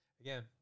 Again